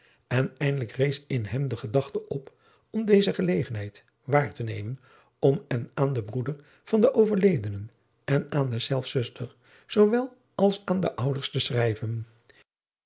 en eindelijk rees in hem de gedachte op om deze gelegenheid waar te nemen om en aan den broeder van den overledenen en aan deszelfs zuster zoo wel als aan de ouders te schrijven